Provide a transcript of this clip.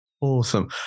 Awesome